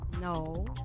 No